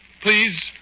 Please